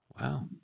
Wow